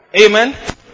amen